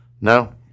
No